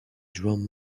drum